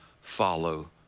follow